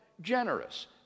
generous